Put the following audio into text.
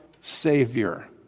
savior